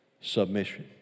submission